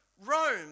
Rome